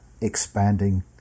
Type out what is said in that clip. expanding